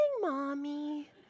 mommy